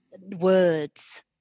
words